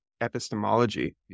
epistemology